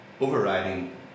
overriding